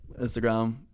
Instagram